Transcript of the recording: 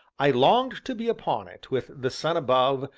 i longed to be upon it, with the sun above,